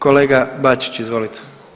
Kolega Bačić, izvolite.